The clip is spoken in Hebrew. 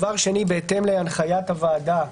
שנית, בהתאם להנחית הוועדה,